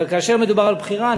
אבל כאשר מדובר על בחירה,